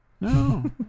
No